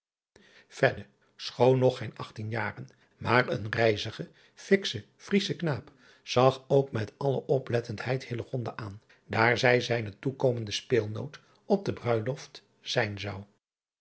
schoon nog geen achttien jaren maar een rijzige fiksche riesche knaap zag ook met alle oplettendheid aan daar zij zijne toekomende speelnoot op de bruiloft zijn zou